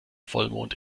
vollmond